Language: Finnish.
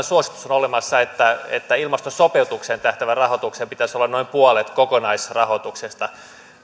suositus olemassa että että ilmastosopeutukseen tähtäävän rahoituksen pitäisi olla noin puolet kokonaisrahoituksesta